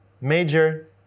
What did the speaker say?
major